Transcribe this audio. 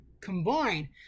combine